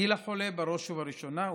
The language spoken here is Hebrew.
גיל החולה בראש ובראשונה,